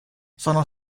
sono